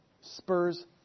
spurs